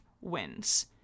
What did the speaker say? wins